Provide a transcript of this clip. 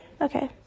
okay